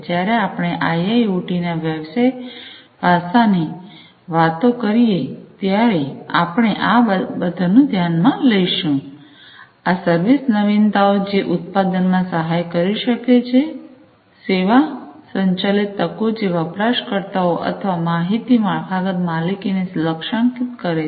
જ્યારે આપણે આઈઆઈઓટીના વ્યવસાય પાસાઓની વાત કરીએ ત્યારે આપણે આ બાબતોને ધ્યાનમાં લઇશું આ સર્વિસ નવીનતાઓ જે ઉત્પાદનમાં સહાય કરી શકે છેસેવા સંચાલિત તકો જે વપરાશકર્તાઓ અથવા માહિતી માળખાગત માલિકીને લક્ષ્યાંકિત કરે છે